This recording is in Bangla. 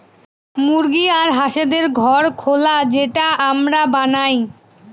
মুরগি আর হাঁসদের ঘর খোলা যেটা আমরা বানায়